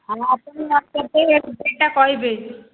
ଆମେ ଆସିଲୁ କହିବେ